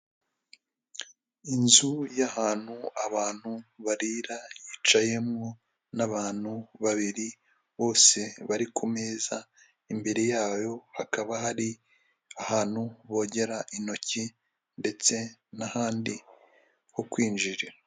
Inzu y'ahantu abantu barira yicayemo n'abantu babiri bose bari kumeza, imbere yayo hakaba hari ahantu bogera intoki ndetse n'ahandi ho kwinjira.